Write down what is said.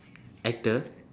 actor